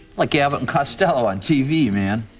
like abbot and costello on tv, man!